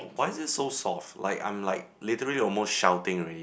why is it so soft like I'm like literally almost shouting already